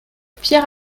pierre